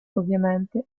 ovviamente